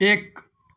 एक